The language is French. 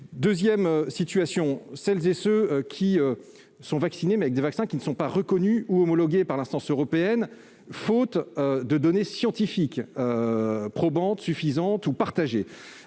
examiner. Pour celles et ceux qui sont vaccinés avec des vaccins qui ne sont pas reconnus ou homologués par l'instance européenne, faute de données scientifiques probantes, suffisantes ou partagées,